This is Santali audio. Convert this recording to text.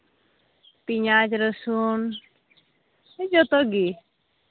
ᱯᱮᱸᱭᱟᱡᱽ ᱨᱟᱹᱥᱩᱱ ᱡᱚᱛᱚᱜᱮ